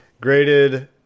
graded